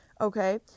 Okay